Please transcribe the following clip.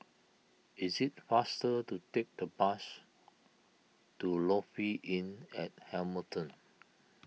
it is faster to take the bus to Lofi Inn at Hamilton